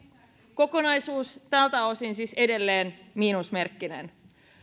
kokonaisuus tältä osin siis edelleen miinusmerkkinen